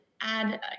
add